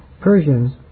Persians